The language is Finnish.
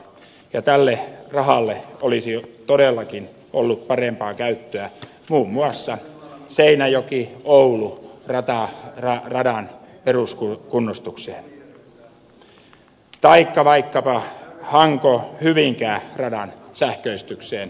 ja tälle rahalle olisi todellakin ollut parempaa käyttöä muun muassa seinäjokioulu radan peruskunnostukseen taikka vaikkapa hankohyvinkää radan sähköistykseen